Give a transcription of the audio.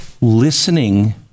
listening